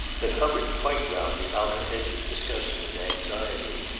had hovered quite round the outer edge of discussion and anxiety,